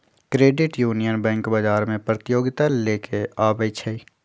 credit union bank बजार में प्रतिजोगिता लेके आबै छइ